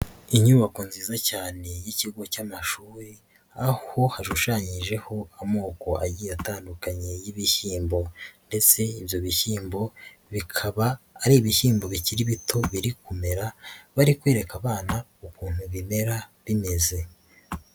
Inyubako nziza cyane y'ikigo cy'amashuri, aho hashushanyijeho amoko agiye atandukanye y'ibishyimbo ndetse ibyo bishyimbo bikaba ari ibishyimbo bikiri bito biri kumera, bari kwereka abana ukuntu bimera bimeze.